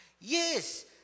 yes